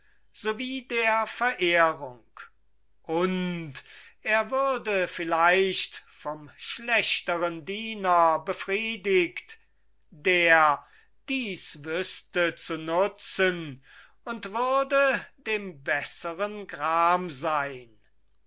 wie der verehrung und er würde vielleicht vom schlechteren diener befriedigt der dies wüßte zu nutzen und würde dem besseren gram sein